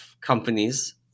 companies